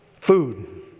food